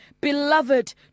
beloved